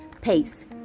pace